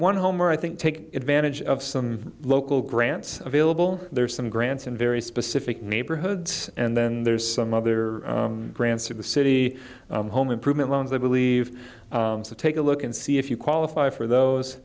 one home or i think take advantage of some local grants available there are some grants in very specific neighborhoods and then there's some other grants for the city home improvement loans i believe so take a look and see if you qualify for those